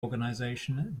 organization